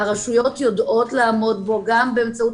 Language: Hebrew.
הרשויות יודעות לעמוד בו גם באמצעות